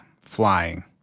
flying